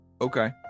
Okay